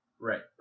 Right